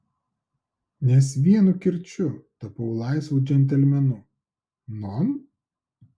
nes vienu kirčiu tapau laisvu džentelmenu non